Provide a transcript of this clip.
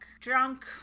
drunk